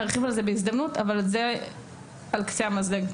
נרחיב על זה בהזדמנות אבל זה על קצה המזלג.